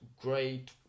great